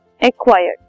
acquired